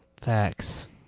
Facts